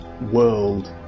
world